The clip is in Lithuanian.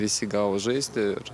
visi gavo žaisti ir